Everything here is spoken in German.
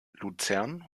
luzern